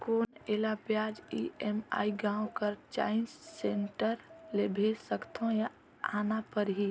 कौन एला ब्याज ई.एम.आई गांव कर चॉइस सेंटर ले भेज सकथव या आना परही?